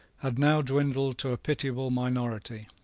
had now dwindled to a pitiable minority,